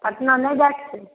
पटना नहि जाएके छै